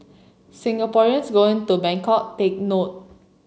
Singaporeans going to Bangkok take note